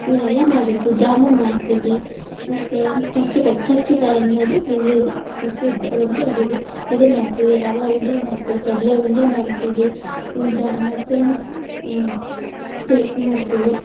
ಇವುನ್ನೆಲ್ಲ ಮಾಡಬೇಕು ಜಾಮೂನು ಮಾಡ್ತೀವಿ ಮತ್ತು ಕರ್ಜಿ ಕಾಯಿ ಕರ್ಜಿ ಕಾಯಿ ಅನ್ನೋದು ಇಲ್ಲಿದು ಪ್ರಸಿದ್ಧ ಒಂದು ಅಡುಗೆ ಇದನ್ನು ಮಾಡ್ತೀವಿ ರವೆ ಉಂಡೆ ಮಾಡ್ತೀವಿ ಕಡಲೆ ಉಂಡೆ ಮಾಡುತ್ತೀವಿ ಜಾ ಮತ್ತು ಅರ್ಳಿಟ್ಟು ಮಾಡ್ತೀವಿ